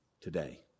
today